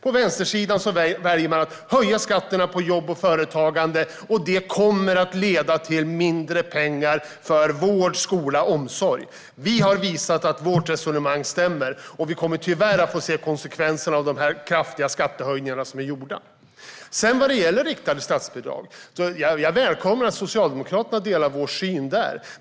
På vänstersidan väljer man i stället att höja skatterna på jobb och företagande. Det kommer att leda till mindre pengar för vård, skola och omsorg. Vi har visat att vårt resonemang stämmer, och vi kommer tyvärr att få se konsekvensen av de kraftiga skattehöjningar som har gjorts. Vad gäller riktade statsbidrag välkomnar jag att Socialdemokraterna delar vår syn.